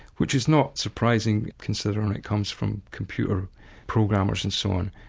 which is not surprising, considering it comes from computer programmers and so on.